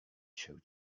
się